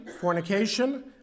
fornication